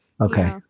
Okay